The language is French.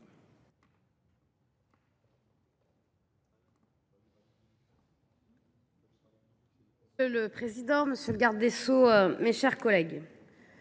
Monsieur le président, monsieur le garde des sceaux, mes chers collègues,